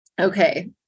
Okay